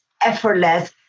effortless